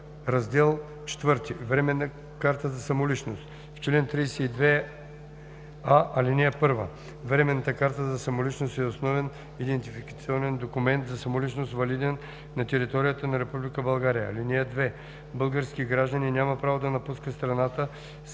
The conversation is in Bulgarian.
„Раздел IV Временна карта за самоличност Чл. 32а. (1) Временната карта за самоличност е основен идентификационен документ за самоличност, валиден на територията на Република България.